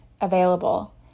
available